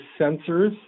sensors